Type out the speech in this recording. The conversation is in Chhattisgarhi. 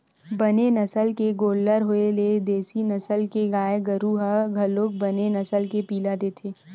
बने नसल के गोल्लर होय ले देसी नसल के गाय गरु ह घलोक बने नसल के पिला देथे